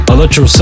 Electro